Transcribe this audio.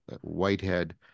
Whitehead